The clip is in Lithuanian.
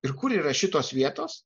ir kur yra šitos vietos